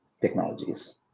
technologies